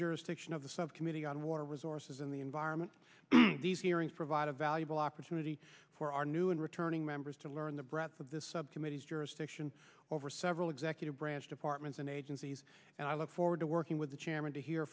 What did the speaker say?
fiction of the subcommittee on water resources in the environment these hearings provide a valuable opportunity for our new and returning members to learn the breadth of this subcommittees jurisdiction over several executive branch departments and agencies and i look forward to working with the chairman to he